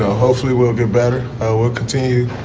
hopefully we'll get better. ah we'll continue.